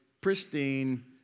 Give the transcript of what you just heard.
pristine